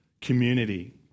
community